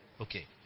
Okay